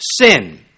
sin